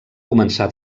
començar